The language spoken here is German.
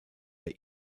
die